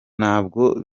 ntabwo